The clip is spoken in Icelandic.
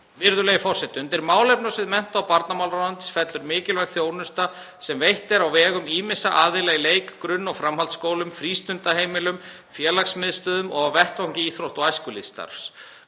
Virðulegi forseti. Undir málefnasvið mennta- og barnamálaráðuneytis fellur mikilvæg þjónusta sem veitt er á vegum ýmissa aðila í leik-, grunn- og framhaldsskólum, frístundaheimilum, félagsmiðstöðvum og á vettvangi íþrótta- og æskulýðsstarfs.